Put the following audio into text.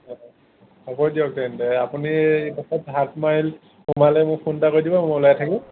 হ'ব দিয়ক তেন্তে আপুনি এডোখৰ সাত মাইল সোমালে মোক ফোন এটা কৰি দিব মই ওলাই থাকিম